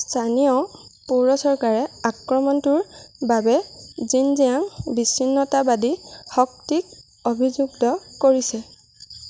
স্থানীয় পৌৰ চৰকাৰে আক্ৰমণটোৰ বাবে জিনজিয়াং বিচ্ছিন্নতাবাদী শক্তিক অভিযুক্ত কৰিছে